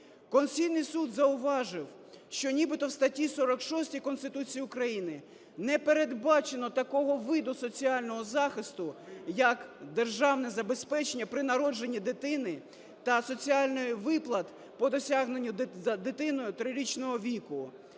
Конституційний Суд зауважив, що нібито у статті 46 Конституції України не передбачено такого виду соціального захисту як державне забезпечення при народженні дитини та соціальних виплат по досягненню дитиною 3-річного віку.